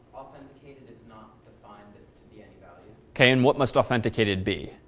is not defined to be any value. ok. and what must authenticated be?